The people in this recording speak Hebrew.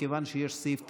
מכיוון שיש סעיף תקציבי.